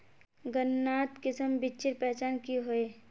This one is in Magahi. गन्नात किसम बिच्चिर पहचान की होय?